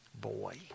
boy